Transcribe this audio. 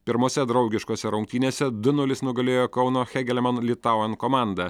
pirmose draugiškose rungtynėse du nulis nugalėjo kauno hegelmann litauen komandą